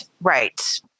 Right